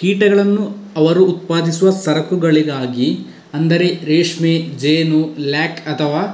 ಕೀಟಗಳನ್ನು ಅವರು ಉತ್ಪಾದಿಸುವ ಸರಕುಗಳಿಗಾಗಿ ಅಂದರೆ ರೇಷ್ಮೆ, ಜೇನು, ಲ್ಯಾಕ್ ಅಥವಾ